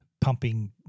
pumping